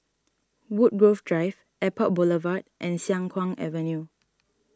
Woodgrove Drive Airport Boulevard and Siang Kuang Avenue